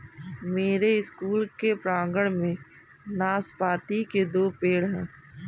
मेरे स्कूल के प्रांगण में नाशपाती के दो पेड़ हैं